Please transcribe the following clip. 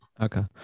Okay